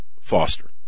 foster